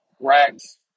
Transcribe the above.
Racks